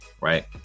right